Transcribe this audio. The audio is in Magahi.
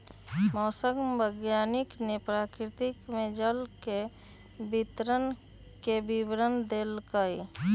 मौसम वैज्ञानिक ने प्रकृति में जल के वितरण के विवरण देल कई